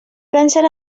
dansen